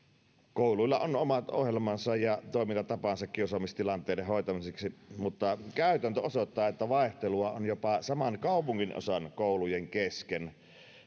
kouluilla on omat ohjelmansa ja toimintatapansa kiusaamistilanteiden hoitamiseksi mutta käytäntö osoittaa että vaihtelua on jopa saman kaupunginosan koulujen kesken